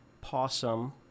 possum